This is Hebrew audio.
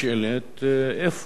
על אוזלת היד.